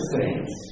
saints